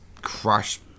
crush